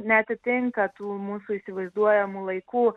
neatitinka tų mūsų įsivaizduojamų laikų